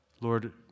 Lord